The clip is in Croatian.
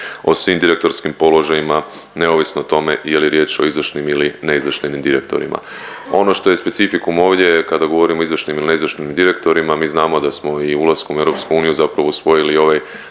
o svim direktorskim položajima neovisno o tome je li riječ o izvršnim ili neizvršnim direktorima. Ono što je specifikum ovdje kada govorimo i izvršnim ili neizvršnim direktorima mi znamo da smo i ulaskom u EU zapravo spojili ovaj